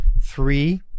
three